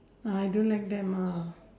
ah I don't like them ah